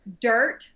dirt